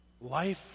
Life